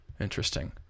Interesting